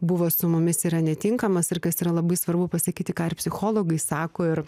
buvo su mumis yra netinkamas ir kas yra labai svarbu pasakyti ką ir psichologai sako ir